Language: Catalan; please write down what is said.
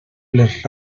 les